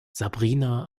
sabrina